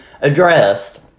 addressed